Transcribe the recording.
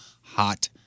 hot